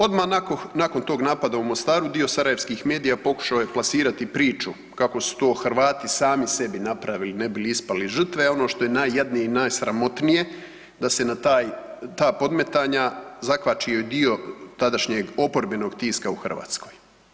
Odmah nakon tog napada u Mostaru dio sarajevskih medija pokušao je plasirati priču kako su to Hrvati sami sebi napravili ne bi li ispali žrtve, a ono što je najjadnije i najsramotnije da se na taj, na ta podmetanja zakvačio i dio tadašnjeg oporbenog tiska u Hrvatskoj.